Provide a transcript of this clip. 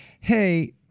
hey –